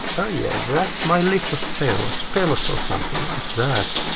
oh yeah. that's my list of spells, or something like that.